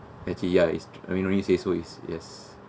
I_T_E yeah it's I mean no need say so is yes